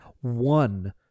one